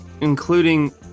including